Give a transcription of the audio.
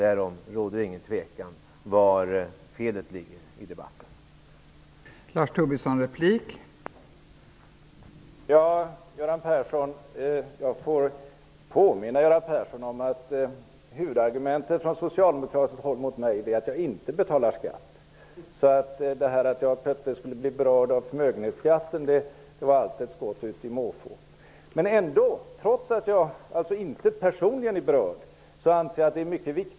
Det råder ingen tvekan om var felet i debatten ligger.